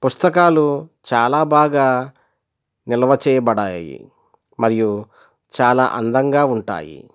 పుస్తకాలు చాలా బాగా నిల్వచేయబడినాయి మరియు చాలా అందంగా ఉంటాయి